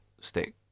stick